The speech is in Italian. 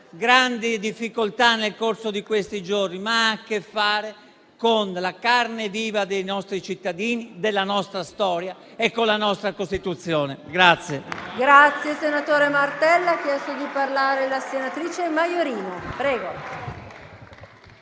grandi difficoltà nel corso di questi giorni, ma ha a che fare con la carne viva dei nostri cittadini, della nostra storia e con la nostra Costituzione.